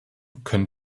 können